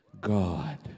God